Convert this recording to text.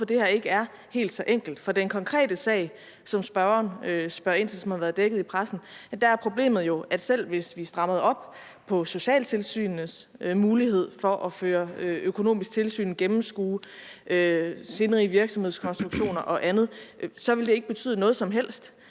hvorfor det her ikke er helt så enkelt. I den konkrete sag, som spørgeren spørger ind til, og som har været dækket i pressen, er problemet jo, at selv hvis vi strammede op på socialtilsynets mulighed for at føre økonomisk tilsyn og gennemskue sindrige virksomhedskonstruktioner og andet, ville det ikke betyde noget som helst